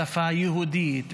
בשפה יהודית,